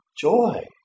joy